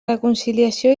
reconciliació